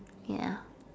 ya